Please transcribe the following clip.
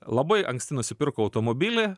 labai anksti nusipirko automobilį